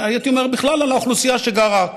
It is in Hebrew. והייתי אומר בכלל על האוכלוסייה שגרה.